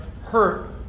hurt